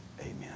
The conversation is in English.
Amen